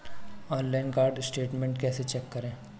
Online card statement कैसे check करें?